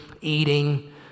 eating